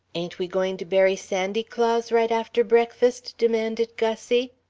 ain't we going to bury sandy claus right after breakfast? demanded gussie.